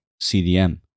CDM